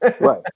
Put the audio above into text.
Right